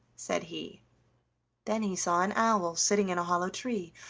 said he then he saw an owl sitting in a hollow tree,